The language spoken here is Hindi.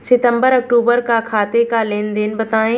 सितंबर अक्तूबर का खाते का लेनदेन बताएं